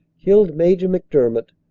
killed major mcdermott,